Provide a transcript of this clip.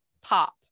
pop